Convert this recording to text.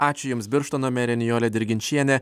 ačiū jums birštono merė nijolė dirginčienė